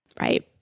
Right